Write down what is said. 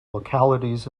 localities